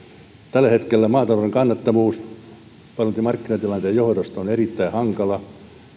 tällä hetkellä maatalouden kannattavuus paljolti markkinatilanteen johdosta on erittäin hankala